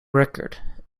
record